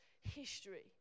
history